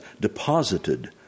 deposited